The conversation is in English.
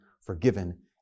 forgiven